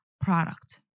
product